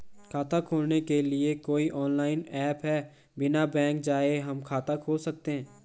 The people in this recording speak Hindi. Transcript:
खाता खोलने के लिए कोई ऑनलाइन ऐप है बिना बैंक जाये हम खाता खोल सकते हैं?